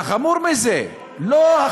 והחמור מזה, לא.